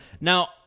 Now